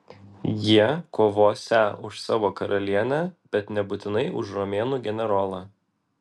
jie kovosią už savo karalienę bet nebūtinai už romėnų generolą